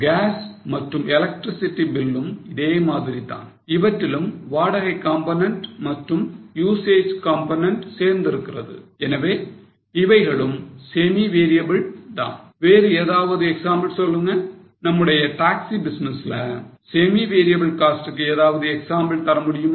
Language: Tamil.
Gas மற்றும் electricity bills ம் இதே மாதிரிதான் இவற்றிலும் வாடகை component மற்றும் usage component சேர்ந்திருக்கிறது எனவே இவைகளும் semi variable தான் வேறு ஏதாவது எக்ஸாம்பிள் சொல்லுங்க நம்முடைய டாக்ஸி பிசினஸ்ல semi variable cost க்கு ஏதாவது எக்ஸாம்பிள் தர முடியுமா